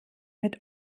mit